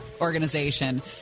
organization